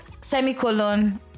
Semicolon